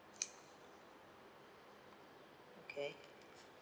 okay